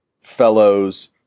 fellows